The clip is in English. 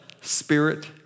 spirit